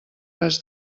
res